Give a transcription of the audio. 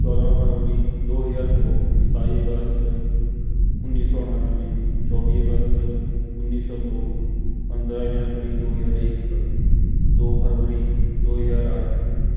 ਚੌਦਾਂ ਫ਼ਰਵਰੀ ਦੋ ਹਜ਼ਾਰ ਦੋ ਸਤਾਈ ਅਗਸਤ ਉੱਨੀ ਸੌ ਉਣਾਨਵੇਂ ਚੌਵੀ ਅਗਸਤ ਉੱਨੀ ਸੌ ਦੋ ਪੰਦਰਾਂ ਜਨਵਰੀ ਦੋ ਹਜ਼ਾਰ ਇੱਕ ਦੋ ਫ਼ਰਵਰੀ ਦੋ ਹਜ਼ਾਰ ਅੱਠ